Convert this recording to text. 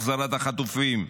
החזרת החטופים,